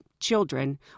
children